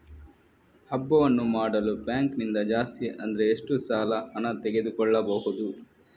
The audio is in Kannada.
ಹಬ್ಬವನ್ನು ಮಾಡಲು ಬ್ಯಾಂಕ್ ನಿಂದ ಜಾಸ್ತಿ ಅಂದ್ರೆ ಎಷ್ಟು ಸಾಲ ಹಣ ತೆಗೆದುಕೊಳ್ಳಬಹುದು?